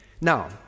Now